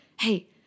hey